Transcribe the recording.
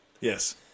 yes